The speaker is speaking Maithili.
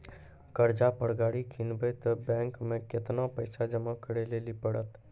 कर्जा पर गाड़ी किनबै तऽ बैंक मे केतना पैसा जमा करे लेली पड़त?